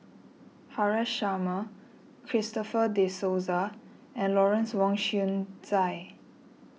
Haresh Sharma Christopher De Souza and Lawrence Wong Shyun Tsai